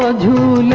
ah due